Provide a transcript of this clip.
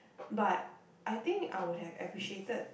but I think I would had appreciated